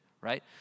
right